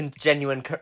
Genuine